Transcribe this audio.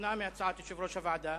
שונה מהצעת יושב-ראש הוועדה,